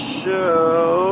show